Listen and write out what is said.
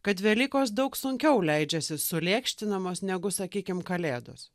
kad velykos daug sunkiau leidžiasi sulėkštinamos negu sakykim kalėdos